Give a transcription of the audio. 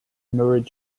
married